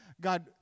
God